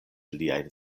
liajn